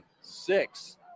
six